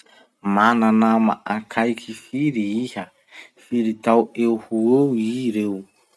Mana nama akaiky firy iha? Firy tao eo ho eo ireo?